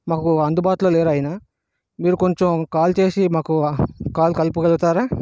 మాకు అందుబాటులో లేరు ఆయన మీరు కొంచెం కాల్ చేసి మాకు కాల్ కలుపగలుగుతార